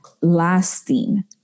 lasting